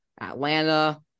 Atlanta